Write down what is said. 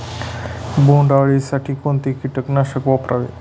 बोंडअळी साठी कोणते किटकनाशक वापरावे?